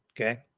Okay